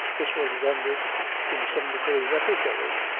this was rendered in some degree necessary,